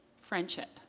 friendship